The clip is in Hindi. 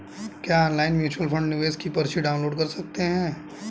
क्या ऑनलाइन म्यूच्यूअल फंड निवेश की पर्ची डाउनलोड कर सकते हैं?